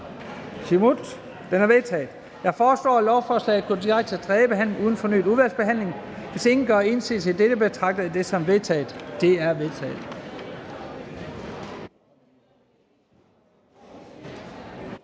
Jeg foreslår, at lovforslaget går direkte til tredje behandling uden fornyet udvalgsbehandling. Hvis ingen gør indsigelse mod dette, betragter jeg det som vedtaget. Det er vedtaget.